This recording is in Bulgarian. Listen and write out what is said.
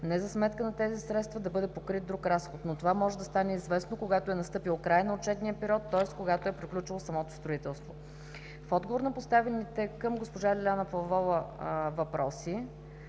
не за сметка на тези средства да бъде покрит друг разход, но това може да стане известно, когато е настъпил краят на отчетния период, тоест когато е приключило строителството. В отговор на поставените към госпожа Лиляна Павлова въпроси